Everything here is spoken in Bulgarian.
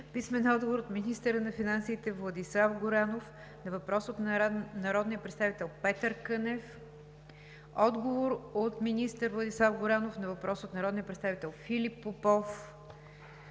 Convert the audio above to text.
Сидорова; - министъра на финансите Владислав Горанов на въпрос от народния представител Петър Кънев; - министъра на финансите Владислав Горанов на въпрос от народния представител Филип Попов;